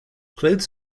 clothes